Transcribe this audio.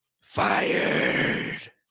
FIRED